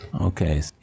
Okay